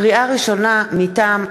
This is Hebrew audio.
לקריאה ראשונה, מטעם הכנסת: